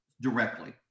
directly